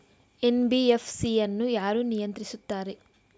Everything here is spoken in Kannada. ಎನ್.ಬಿ.ಎಫ್.ಸಿ ಅನ್ನು ಯಾರು ನಿಯಂತ್ರಿಸುತ್ತಾರೆ?